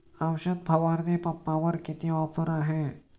औषध फवारणी पंपावर किती ऑफर आहे?